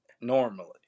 normally